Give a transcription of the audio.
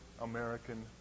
American